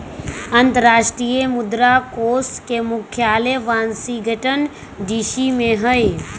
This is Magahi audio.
अंतरराष्ट्रीय मुद्रा कोष के मुख्यालय वाशिंगटन डीसी में हइ